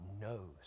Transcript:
knows